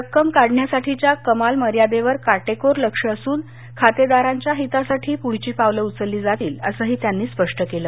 रक्कम काढण्यासाठीच्या कमाल मर्यादिवर काटेकोर लक्ष असून खातेदारांच्या हितासाठी पुढची पावलं उचलली जातील असंही त्यांनी स्पष्ट केलं